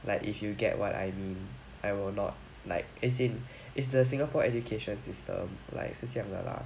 like if you get what I mean I will not like as in is the singapore education system like 是这样的 lah